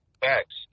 Facts